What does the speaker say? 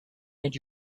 and